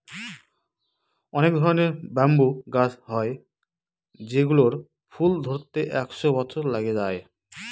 অনেক ধরনের ব্যাম্বু গাছ হয় যেগুলোর ফুল ধরতে একশো বছর লেগে যায়